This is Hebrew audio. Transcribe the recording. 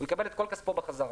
הוא יקבל את כל כספו בחזרה.